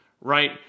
right